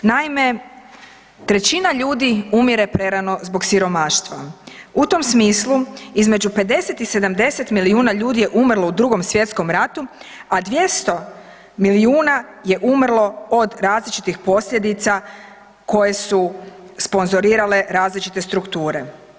Naime, trećina ljudi umire prerano zbog siromaštva u tom smislu između 50 i 70 milijuna ljudi je umrlo u Drugom svjetskom ratu, a 200 milijuna je umrlo od različitih posljedica koje su sponzorirale različite strukture.